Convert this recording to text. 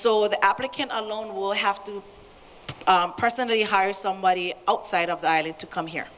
with the applicant alone we'll have to personally hire somebody outside of the island to come here